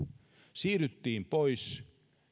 siirryttiin pois